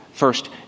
First